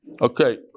Okay